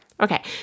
Okay